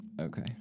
Okay